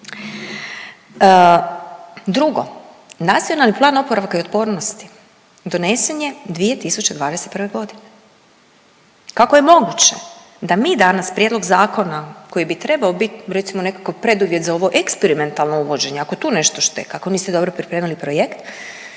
Drugo, Nacionalni plan oporavka i otpornosti donesen je 2021. g. Kako je moguće da mi danas prijedlog zakona koji bi trebao biti, recimo nekakav preduvjet za ovo eksperimentalno uvođenje, ako tu nešto šteka, ako niste dobro pripremili projekt,